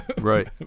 Right